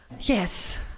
Yes